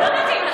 זה לא מתאים לך.